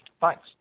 thanks